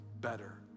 better